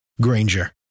Granger